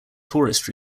tourist